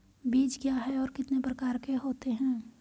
बीज क्या है और कितने प्रकार के होते हैं?